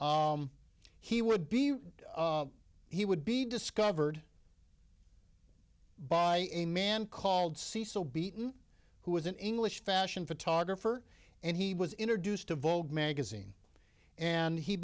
out he would be he would be discovered by a man called cecil beaton who was an english fashion photographer and he was introduced to vogue magazine and he